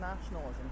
nationalism